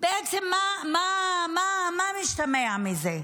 בעצם מה משתמע מזה?